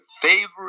favorite